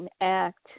act